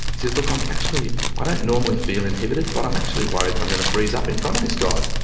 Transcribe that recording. he says, look i'm actually i don't normally feel inhibited, but i'm actually worried that i'm going to freeze up in front of this guy.